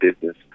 business